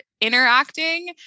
interacting